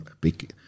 big